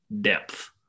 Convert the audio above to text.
depth